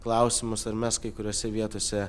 klausimus ar mes kai kuriose vietose